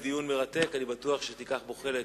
יהיה דיון מרתק, ואני בטוח שתיקח בו חלק.